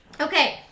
Okay